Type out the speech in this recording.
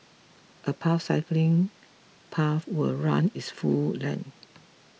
a paved cycling path will run its full length